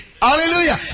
Hallelujah